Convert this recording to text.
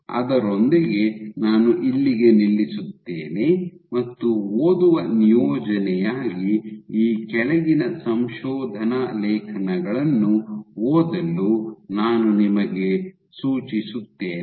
ಅದರೊಂದಿಗೆ ನಾನು ಇಲ್ಲಿಗೆ ನಿಲ್ಲಿಸುತ್ತೇನೆ ಮತ್ತು ಓದುವ ನಿಯೋಜನೆಯಾಗಿ ಈ ಕೆಳಗಿನ ಸಂಶೋಧನಾ ಲೇಖನಗಳನ್ನು ಓದಲು ನಾನು ನಿಮಗೆ ಸೂಚಿಸುತ್ತೇನೆ